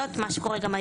ולא רק זה: